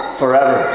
forever